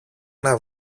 ένα